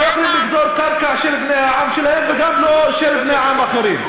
הם לא יכולים לגזול קרקע של בני העם שלהם וגם לא של בני עמים אחרים.